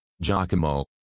Giacomo